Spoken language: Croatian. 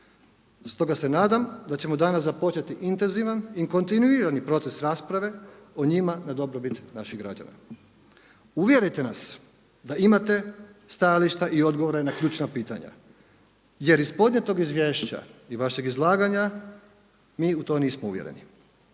Stoga se nadam da ćemo danas započeti intenzivan i kontinuirani proces rasprave o njima na dobrobit naših građana. Uvjerite nas da imate stajališta i odgovore na ključna pitanja, jer iz podnijetog izvješća i vašeg izlaganja mi u to nismo uvjereni.